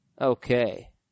Okay